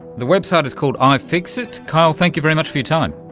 the website is called ifixit. kyle, thank you very much for your time.